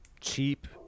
cheap